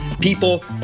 people